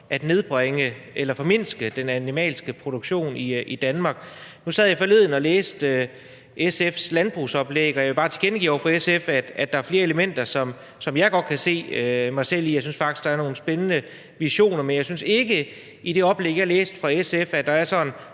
at nedbringe eller formindske den animalske produktion i Danmark. Nu sad jeg forleden og læste SF's landbrugsoplæg, og jeg vil bare tilkendegive over for SF, at der er flere elementer, som jeg godt kan se mig selv i. Jeg synes faktisk, at der er nogle spændende visioner, men jeg synes ikke, at der i oplægget fra SF er nogle